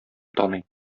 таный